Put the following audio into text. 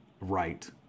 Right